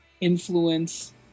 influence